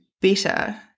better